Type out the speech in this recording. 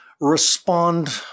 respond